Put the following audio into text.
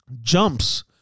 jumps